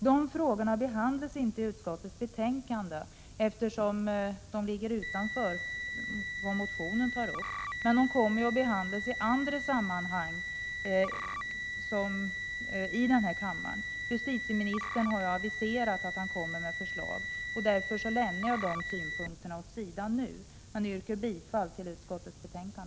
De frågorna behandlas inte i utskottets betänkande, eftersom de ligger utanför vad motionen tar upp. De kommer emellertid att behandlas i andra sammanhang här i kammaren. Justitieministern har aviserat att han kommer med förslag. Därför lämnar jag dessa synpunkter åt sidan nu. Herr talman! Jag vill yrka bifall till utskottets hemställan.